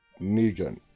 Negan